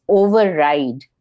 override